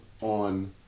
on